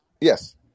Yes